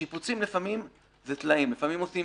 שיפוצים לפעמים זה טלאים, עושים